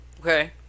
Okay